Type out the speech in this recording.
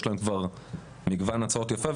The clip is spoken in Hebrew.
יש להם כבר מגוון הצעות יפה,